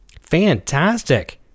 Fantastic